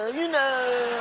you know,